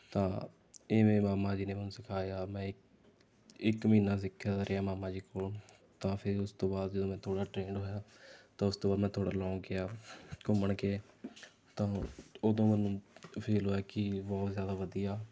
ਤਾਂ ਇਵੇਂ ਮਾਮਾ ਜੀ ਨੇ ਮੈਨੂੰ ਸਿਖਾਇਆ ਮੈਂ ਇੱਕ ਇੱਕ ਮਹੀਨਾ ਸਿੱਖਦਾ ਰਿਹਾ ਮਾਮਾ ਜੀ ਕੋਲੋਂ ਤਾਂ ਫਿਰ ਉਸ ਤੋਂ ਬਾਅਦ ਜਦੋਂ ਮੈਂ ਥੋੜ੍ਹਾ ਟਰੇਂਡ ਹੋਇਆ ਅਤੇ ਉਸ ਤੋਂ ਬਾਅਦ ਮੈਂ ਥੋੜ੍ਹਾ ਲੌਂਗ ਗਿਆ ਘੁੰਮਣ ਕਿ ਤਾਂ ਉਦੋਂ ਮੈਨੂੰ ਫੀਲ ਹੋਇਆ ਕਿ ਬਹੁਤ ਜ਼ਿਆਦਾ ਵਧੀਆ